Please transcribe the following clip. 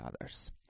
others